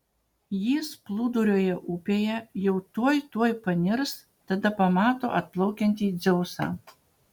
jis plūduriuoja upėje jau tuoj tuoj panirs tada pamato atplaukiantį dzeusą